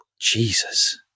Jesus